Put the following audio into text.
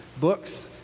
books